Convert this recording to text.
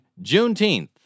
Juneteenth